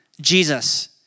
Jesus